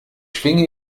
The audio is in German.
schwinge